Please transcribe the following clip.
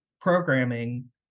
programming